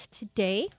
today